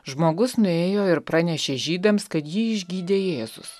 žmogus nuėjo ir pranešė žydams kad jį išgydė jėzus